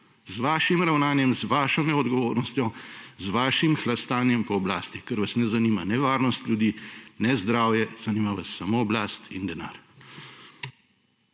z vašim ravnanjem, z vašo neodgovornostjo, z vašim hlastanjem po oblasti, ker vas ne zanima ne varnost ljudi, ne zdravje. Zanima vas samo oblast in denar.